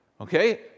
okay